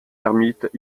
ermites